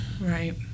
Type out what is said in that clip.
Right